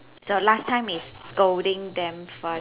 the last time is scolding them first